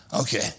okay